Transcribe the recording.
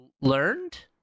learned